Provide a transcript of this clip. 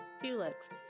Felix